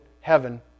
heaven